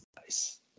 Nice